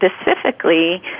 specifically